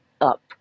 up